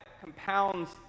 compounds